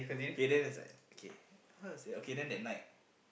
k then it's like okay how to say okay then that night